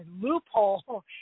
loophole